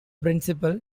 principal